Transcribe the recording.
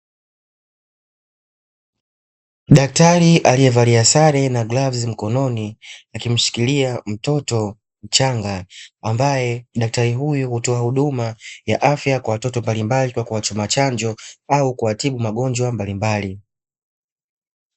Daktari aliyevalia sare na glavu mkononi, akimshikilia mtoto mchanga, ambaye daktari huyu hutoa huduma ya afya kwa watoto mbalimbali kwa kuwachoma chanjo au kuwatibu magonjwa mbalimbali.